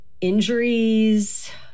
injuries